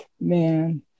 Man